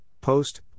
post